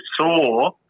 saw